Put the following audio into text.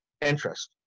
interest